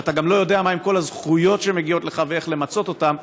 כשאתה גם לא יודע מהן כל הזכויות שמגיעות לך ואיך למצות אותן.